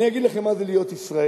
אני אגיד לכם מה זה להיות ישראלי.